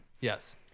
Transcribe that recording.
Yes